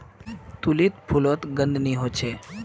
tulip फुलोत गंध नि होछे